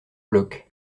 blocs